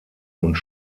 und